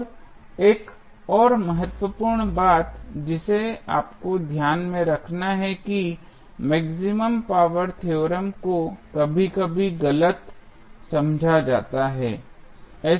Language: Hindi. अब एक और महत्वपूर्ण बात जिसे आपको ध्यान में रखना है कि मैक्सिमम पावर थ्योरम को कभी कभी गलत समझा जाता है